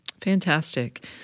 Fantastic